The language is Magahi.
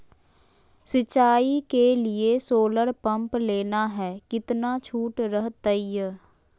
सिंचाई के लिए सोलर पंप लेना है कितना छुट रहतैय?